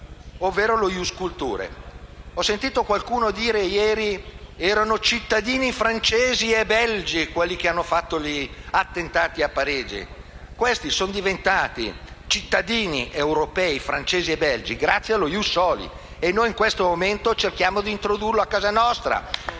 ovvero lo *ius culturae*. Ieri ho sentito qualcuno dire che erano cittadini francesi e belgi quelli che hanno fatto gli attentati a Parigi. Sono diventati cittadini europei, francesi e belgi, grazie allo *ius soli*, e noi in questo momento cerchiamo di introdurlo a casa nostra.